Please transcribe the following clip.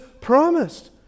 promised